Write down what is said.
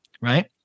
right